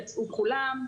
יצאו כולם,